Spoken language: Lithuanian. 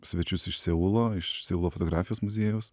svečius iš seulo iš seulo fotografijos muziejaus